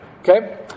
Okay